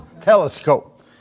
Telescope